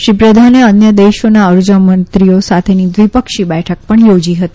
શ્રી પ્રધાને અન્ય દેશોના ઉર્જા મંત્રીઓ સાથે દ્વિપક્ષી બેઠક પણ યોજી હતી